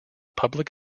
public